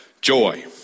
joy